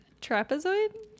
Trapezoid